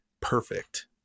perfect